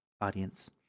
audience